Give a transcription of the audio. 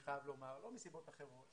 לא מסיבות אחרות,